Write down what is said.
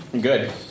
Good